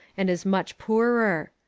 and is much poorer.